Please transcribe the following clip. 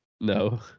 No